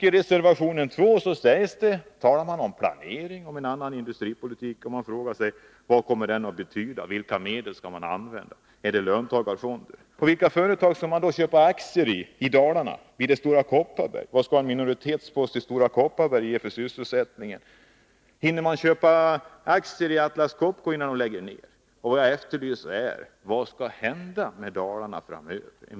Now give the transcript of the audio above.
I reservation 2 talas det, herr talman, om planering, om en annan industripolitik. Jag frågar mig vad den kommer att betyda. Vilka medel skall man använda? Blir det löntagarfonder? I vilka företag i Dalarna skall man köpa aktier? Blir det i Stora Kopparberg? Vad skall en minoritetspost i Stora Kopparberg ge för sysselsättningen? Hinner man köpa aktier i Atlas Copco innan de lägger ner? Vad jag efterlyser är besked om vad som skall hända med Dalarna framöver.